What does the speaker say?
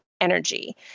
energy